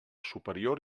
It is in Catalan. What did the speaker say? superior